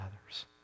others